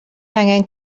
angen